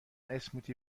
اسموتی